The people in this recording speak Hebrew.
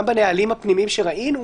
וזה גם בנהלים הפנימיים שראינו,